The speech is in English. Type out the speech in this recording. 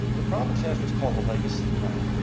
the province has what's called a legacy plan.